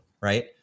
right